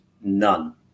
None